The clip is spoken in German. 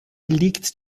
liegt